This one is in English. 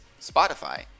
Spotify